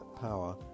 power